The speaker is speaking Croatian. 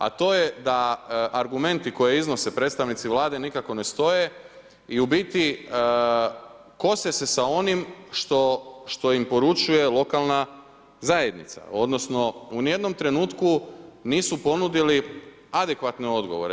A to je da argumenti koje iznose predstavnici Vlade nikako ne stoje i u biti, kose se sa onim što im poručuje lokalna zajedno odnosno u ni jednom trenutku nisu ponudili adekvatne odgovore.